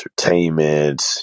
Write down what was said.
entertainment